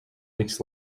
weeks